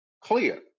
clear